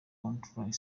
contract